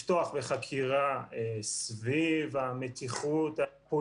עיתויי הפרסום נובע ספציפית מזה שההתראות נגעו